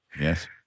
Yes